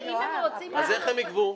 אז איך הם ייגבו?